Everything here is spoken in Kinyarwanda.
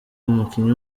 umukinnyi